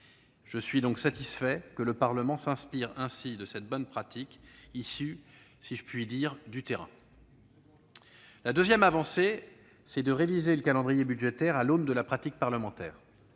Je suis satisfait que le Parlement s'inspire de cette bonne pratique, qui est issue, si je puis dire, du terrain. La deuxième avancée, c'est une révision du calendrier budgétaire à l'aune de la pratique parlementaire.